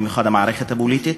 במיוחד המערכת הפוליטית,